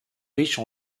riches